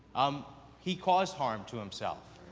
um he caused harm to himself.